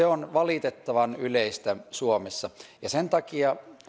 on valitettavan yleistä suomessa